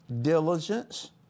diligence